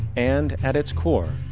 and at its core,